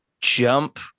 jump